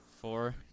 Four